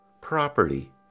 property